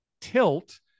Tilt